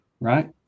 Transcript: right